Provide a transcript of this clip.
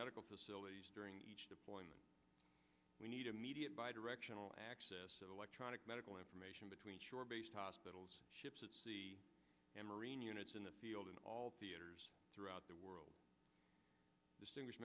medical facilities during each deployment we need immediate bi directional access electronic medical information between shore based hospitals ships and marine units in the field and all theaters throughout the world distinguish